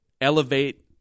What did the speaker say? elevate